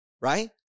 right